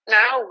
now